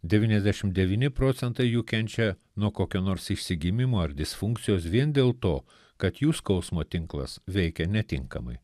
devyniasdešim devyni procentai jų kenčia nuo kokio nors išsigimimo ar disfunkcijos vien dėl to kad jų skausmo tinklas veikia netinkamai